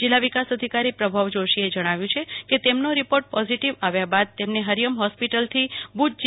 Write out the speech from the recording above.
જિલ્લા વિકાસ અધિકારી પ્રભવ જોશીએ જણાવ્યું કે તેમનો રિપોર્ટ પોઝીટીવ આવ્યા બાદ તેને હરિઓમ હોસ્પિટલથી ભુજ જી